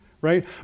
right